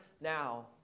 now